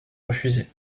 refusé